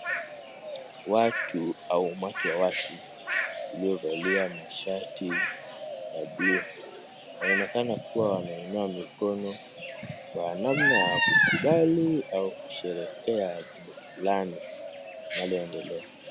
Watu au umati wa watu uliovalia mashati ya buluu, wanaonekana kuwa wanainua mikono kwa namna ya kukubali au kusherekea jambo fulani linaloendelea.